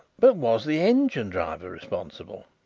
but was the engine-driver responsible?